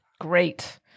Great